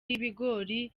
y’ibigori